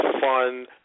fun